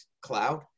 Cloud